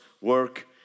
work